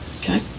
Okay